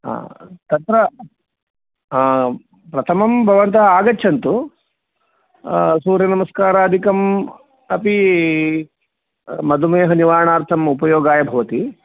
तत्र प्रथमं भवन्तः आगच्छन्तु सूर्यनमस्कारमपि मधुमेहनवारणार्थं उपयोगाय भवति